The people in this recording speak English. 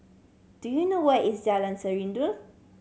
do you know where is Jalan